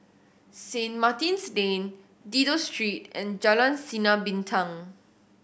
Saint Martin's Lane Dido Street and Jalan Sinar Bintang